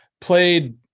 played